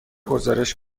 گزارش